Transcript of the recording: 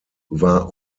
war